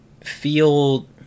feel